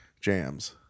jams